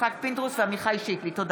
יצחק פינדרוס ועמיחי שיקלי בנושא: